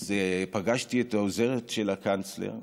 אז פגשתי את העוזרת של הקנצלרית,